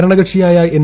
ഭരണകക്ഷിയായ എൻ